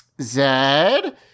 Zed